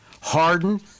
Harden